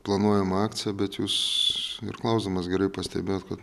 planuojamą akciją bet jūs ir klausdamas gerai pastebėjot kad